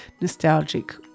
nostalgic